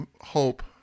hope